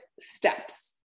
steps